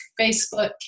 Facebook